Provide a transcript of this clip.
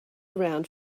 around